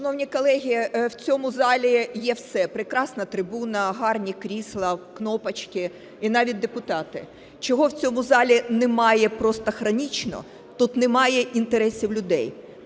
Шановні колеги, в цьому залі є все: прекрасна трибуна, гарні крісла, кнопочки, і навіть депутати. Чого в цьому залі немає просто хронічно? Тут немає інтересів людей,